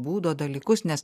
būdo dalykus nes